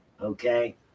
okay